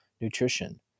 nutrition